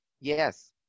Yes